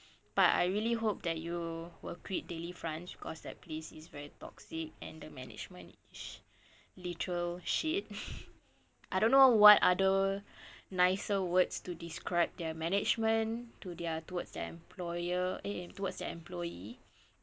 but I really hope that you will quit delifrance cause that place is very toxic and the management is literal shit I don't know what other nicer words to describe their management to their towards their employer eh towards their employee